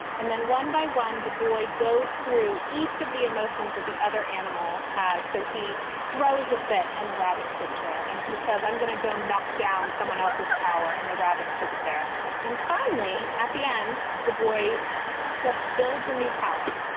and then one by one, the boy goes through each of the emotions that the other animal has. so he throws a fit and the rabbit sits there and he says, i'm gonna go knock down someone else's tower. and the rabbit sits there and finally, at the end, the boy just builds a new tower.